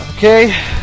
Okay